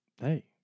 Hey